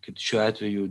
kaip šiuo atveju